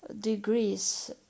Degrees